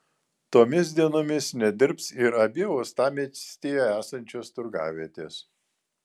tomis dienomis nedirbs ir abi uostamiestyje esančios turgavietės